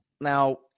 Now